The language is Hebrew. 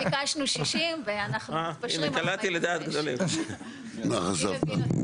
ביקשנו 60 ואנחנו מתפשרים על 45. מה חשבת?